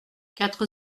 quatre